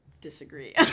Disagree